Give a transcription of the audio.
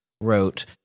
wrote